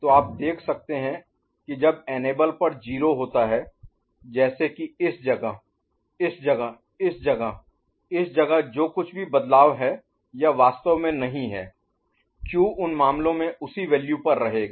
तो आप देख सकते हैं कि जब एनेबल पर 0 होता है जैसे कि इस जगह इस जगह इस जगह इस जगह जो कुछ भी बदलाव हैं यह वास्तव में नहीं है Q उन मामलों में उसी वैल्यू पर रहेगा